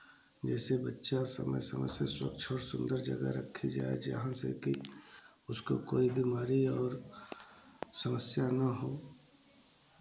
जैसे बच्चा समय समय से स्वच्छ और सुंदर जगह रखे जाए जहाँ से कि उसको कोई बीमारी और समस्या ना हो